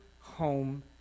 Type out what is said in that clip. home